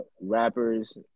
rappers